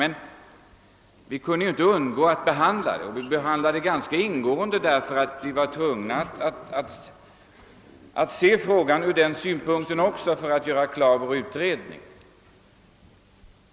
Men vi kunde inte undgå att behandla det, och vi behandlade det ganska ingående därför att vi var tvungna att se saken ur den synpunkten också för att färdigställa vår utredning.